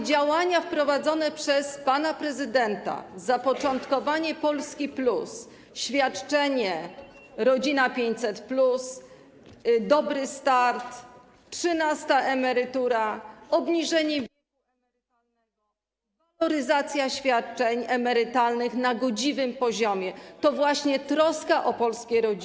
Działania wprowadzone przez pana prezydenta, zapoczątkowanie Polski+, świadczenie „Rodzina 500+”, „Dobry start”, trzynasta emerytura, obniżenie wieku emerytalnego, waloryzacja świadczeń emerytalnych na godziwym poziomie to właśnie troska o polskie rodziny.